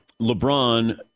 LeBron